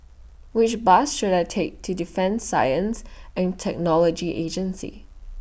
Which Bus should I Take to Defence Science and Technology Agency